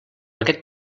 aquest